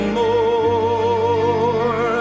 more